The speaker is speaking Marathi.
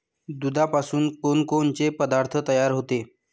दुधापासून कोनकोनचे पदार्थ तयार होते?